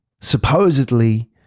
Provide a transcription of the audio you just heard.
supposedly